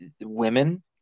women